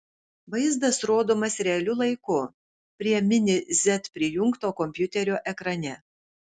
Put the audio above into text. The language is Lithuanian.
vaizdas rodomas realiu laiku prie mini z prijungto kompiuterio ekrane